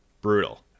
Brutal